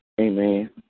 Amen